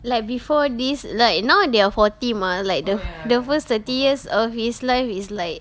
like before this like you now they are forty mah like th~ the first thirty years of his life is like